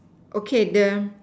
okay the